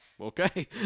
Okay